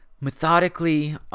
methodically